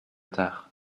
tard